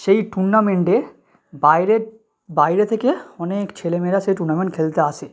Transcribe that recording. সেই টুর্নামেন্টে বায়রের বাইরে থেকে অনেক ছেলে মেয়েরা সেই টুর্নামেন্ট খেলতে আসে